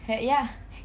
uh ya